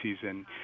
season